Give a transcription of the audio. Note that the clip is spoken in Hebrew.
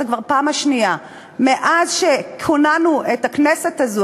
זאת כבר פעם שנייה מאז שכוננו את הכנסת הזאת,